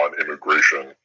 immigration